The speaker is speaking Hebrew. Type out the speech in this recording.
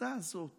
התפיסה הזאת